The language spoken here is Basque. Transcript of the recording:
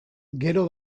gero